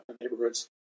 neighborhoods